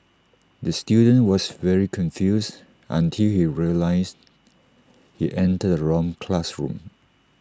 the student was very confused until he realised he entered the wrong classroom